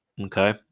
Okay